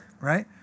right